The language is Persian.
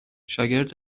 شاگرد